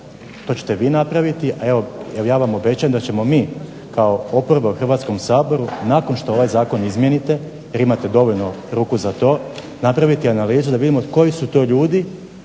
to ćete vi napraviti, a evo ja vam obećajem da ćemo mi kao oporba u Hrvatskom saboru nakon što ovaj zakon izmijenite jer imate dovoljno ruku za to, napraviti analizu da vidimo koji su to ljudi